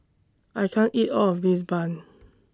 I can't eat All of This Bun